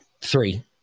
three